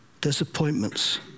disappointments